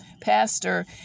pastor